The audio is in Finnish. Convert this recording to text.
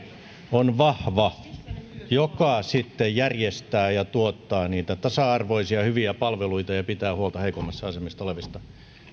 on vahva julkinen sektori joka järjestää ja tuottaa niitä tasa arvoisia hyviä palveluita ja pitää huolta heikoimmassa asemassa olevista